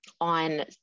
on